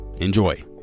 Enjoy